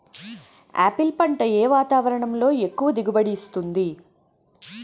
Apple పంట ఏ వాతావరణంలో ఎక్కువ దిగుబడి ఇస్తుంది?